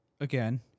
Again